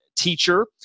teacher